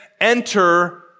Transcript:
enter